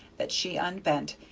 that she unbent,